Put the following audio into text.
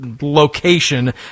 location